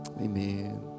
amen